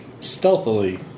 Stealthily